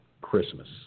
Christmas